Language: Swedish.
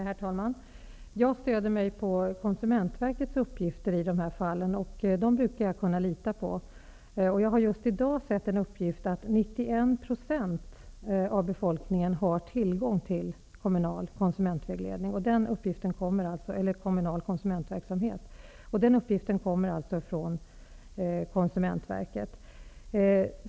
Herr talman! Jag stöder mig på Konsumentverkets uppgifter i dessa fall. Jag brukar kunna lita på dem. Jag har just i dag sett en uppgift om att 91 % av befolkningen har tillgång till kommunal konsumentvägledning eller kommunal konsumentverksamhet. Den uppgiften kommer alltså från Konsumentverket.